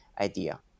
idea